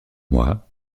moi